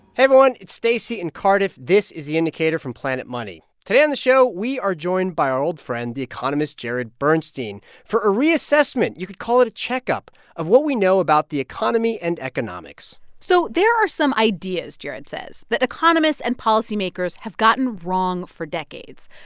everyone. it's stacey and cardiff. this is the indicator from planet money. today on the show, we are joined by our old friend, the economist jared bernstein, for a reassessment you could call it a checkup of what we know about the economy and economics so there are some ideas, jared says, that economists and policymakers have gotten wrong for decades.